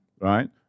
right